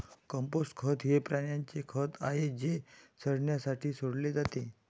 compost खत हे प्राण्यांचे खत आहे जे सडण्यासाठी सोडले जाते